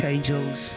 Angels